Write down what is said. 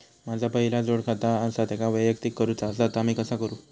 माझा पहिला जोडखाता आसा त्याका वैयक्तिक करूचा असा ता मी कसा करू?